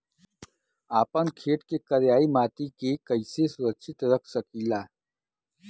आपन खेत के करियाई माटी के कइसे सुरक्षित रख सकी ला?